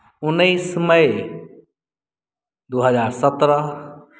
उन्नैस मइ दू हजार सत्रह